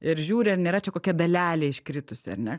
ir žiūri ar nėra čia kokia dalelė iškritusi ar ne